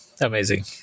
amazing